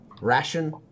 ration